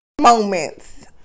Moments